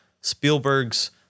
Spielberg's